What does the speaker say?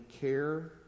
care